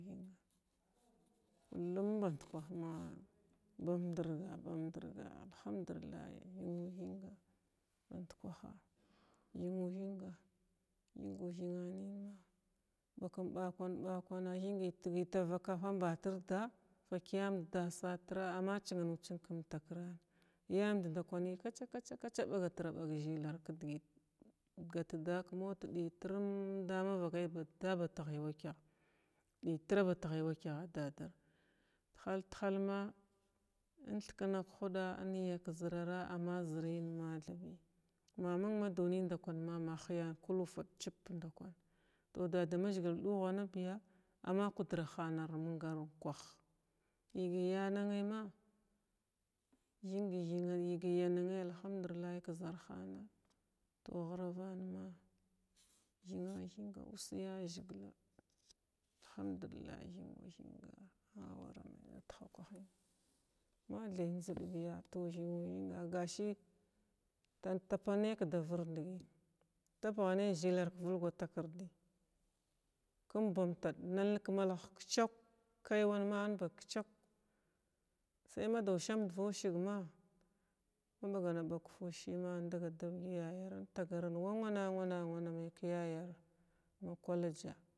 Kulum band kwah ma bin umdirga, bin umdirga, alhumdulillahi thinu thinga band kwaha thimuthinga thingu think nən ma bakum bakwan bakwana gyəy takafa mbakirda fək yauda dasatirra amma chimanu ching kum takratir yamd ndakwanəy kacha-kacha-kacha baga tira ɓag zəlaral ka dəgət glatda ka muut ɗətrum da mavakay ba da ba ti ghaywachah dəytra k bat ghay watah tahal-tahal ma in thikna ka huɗa inyak naka zərara amma zərim mathabi ma məng ma duni ndakwan ma ma hiya khifad ching ndakwan tow dadamazəgil ɗuhanabiya amma kudrahan ar məng unkak yəgəy yana may ma thing thina na alhumdullay ka zarhana tow ghvavanma thina thinga uss yazəgila alhamdullah tha may tahalakwahən mathay njzəd biya tow thina thinga gashə tan tapanna’a da vərdəgəy tapghanay zəkay ka vulgwa takardəy kum bamtaɗ nalnəg ka malah kahwah kaywaan ma in ba kchwah say ma da usamdiv wəsigma maɓaganɓag ka fusima indagal da vagya yagara intagaran wa wava-wana-wana ammay ka yayara.